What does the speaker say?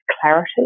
clarity